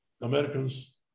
Americans